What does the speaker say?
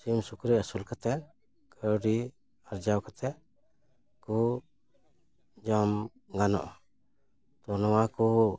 ᱥᱤᱢ ᱥᱩᱠᱨᱤ ᱟᱹᱥᱩᱞ ᱠᱟᱛᱮᱫ ᱠᱟᱹᱣᱰᱤ ᱟᱨᱡᱟᱣ ᱠᱟᱛᱮᱫ ᱠᱚ ᱡᱚᱢ ᱜᱟᱱᱚᱜᱼᱟ ᱛᱚ ᱱᱚᱣᱟ ᱠᱚ